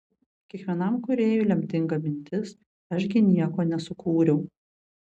kiekvienam kūrėjui lemtinga mintis aš gi nieko nesukūriau